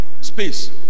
space